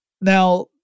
Now